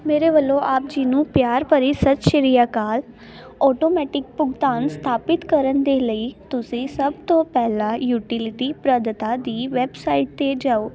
ਮੇਰੇ ਵੱਲੋਂ ਆਪ ਜੀ ਨੂੰ ਪਿਆਰ ਭਰੀ ਸਤਿ ਸ੍ਰੀ ਅਕਾਲ ਆਟੋਮੈਟਿਕ ਭੁਗਤਾਨ ਸਥਾਪਿਤ ਕਰਨ ਦੇ ਲਈ ਤੁਸੀਂ ਸਭ ਤੋਂ ਪਹਿਲਾਂ ਯੂਟੀਲਿਟੀ ਪ੍ਰਧਤਾ ਦੀ ਵੈਬਸਾਈਟ 'ਤੇ ਜਾਓ